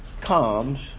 comes